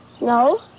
No